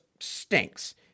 stinks